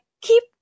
keep